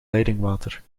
leidingwater